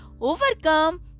overcome